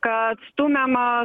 kad stumiamos